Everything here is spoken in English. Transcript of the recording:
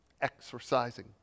exercising